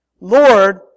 Lord